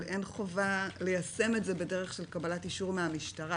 אבל אין חובה ליישם את זה בדרך של קבלת אישור מהמשטרה.